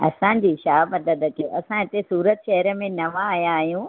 असांजी छा मदद कयव असां हिते सूरत शहर में नवा आया आहियूं